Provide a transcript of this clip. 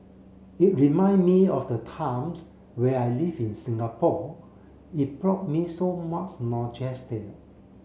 it remind me of the times where I lived in Singapore it brought me so much